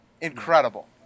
incredible